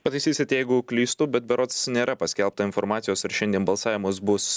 pataisysit jeigu klystu bet berods nėra paskelbta informacijos ar šiandien balsavimas bus